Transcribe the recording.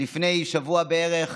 לפני שבוע בערך